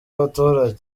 abaturage